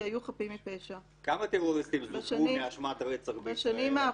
היו חפים מפשע." כמה טרוריסטים זוכו מאשמת רצח בישראל,